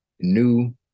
new